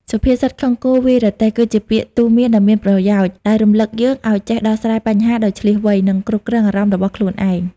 សុភាសិត «ខឹងគោ វាយរទេះ» គឺជាពាក្យទូន្មានដ៏មានប្រយោជន៍ដែលរំលឹកយើងឲ្យចេះដោះស្រាយបញ្ហាដោយឈ្លាសវៃ និងគ្រប់គ្រងអារម្មណ៍របស់ខ្លួនឯង។